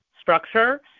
structure